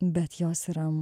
bet jos yra